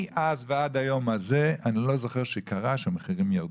מאז ועד היום הזה אני לא זוכר שקרה שהמחירים ירדו.